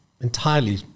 entirely